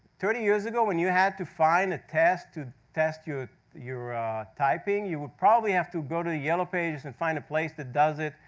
thirty years ago, when you had to find a test to test your typing, you would probably have to go to the yellow pages, and find a place that does it,